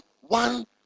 one